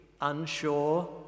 unsure